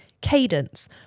cadence